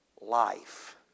life